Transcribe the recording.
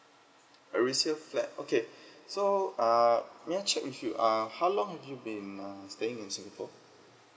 a resale flat okay so err may I check with you uh how long have you been uh staying in singapore